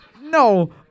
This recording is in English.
No